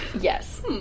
Yes